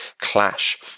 clash